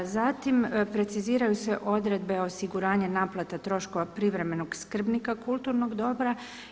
Zatim preciziraju se odredbe osiguranja naplata troškova privremenog skrbnika kulturnog dobra.